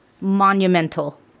monumental